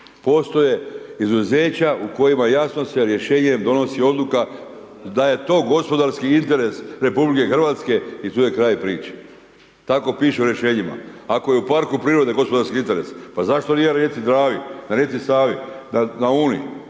postoje izuzeća u kojima jasno se rješenje donosi odluka da je to gospodarski interes RH i tu je kraj priče. Tako piše u rješenjima, ako je u parku prirode gospodarski interes pa zašto nije u rijeci Dravi, na rijeci Savi, na Uni,